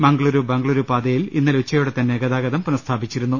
മംഗളുരു ബംഗളുരു പാതയിൽ ഇന്നലെ ഉച്ചയോടെ തന്നെ ഗതാഗതം പുനഃസ്ഥാപിച്ചിരുന്നു